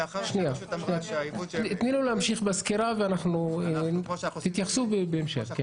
תני לו להמשיך בסקירה ותתייחסו בהמשך.